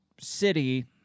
city